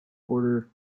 order